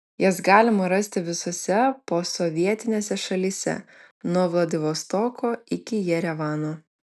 jas galima rasti visose posovietinėse šalyse nuo vladivostoko iki jerevano